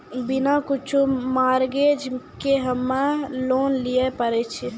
बिना कुछो मॉर्गेज के हम्मय लोन लिये पारे छियै?